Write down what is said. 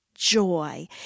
joy